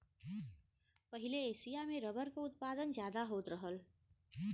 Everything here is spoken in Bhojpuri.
पहिले एसिया में रबर क उत्पादन जादा होत रहल